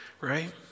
right